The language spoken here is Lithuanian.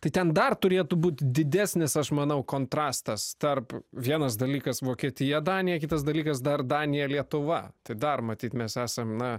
tai ten dar turėtų būt didesnis aš manau kontrastas tarp vienas dalykas vokietija danija kitas dalykas dar danija lietuva tai dar matyt mes esam na